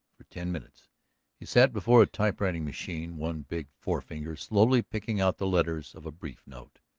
for ten minutes he sat before a typewriting machine, one big forefinger slowly picking out the letters of a brief note.